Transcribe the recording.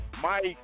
Mike